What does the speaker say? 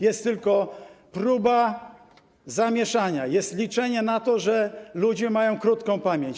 Jest tylko próba zamieszania, jest liczenie na to, że ludzie mają krótką pamięć.